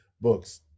books